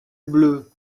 bleue